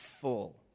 full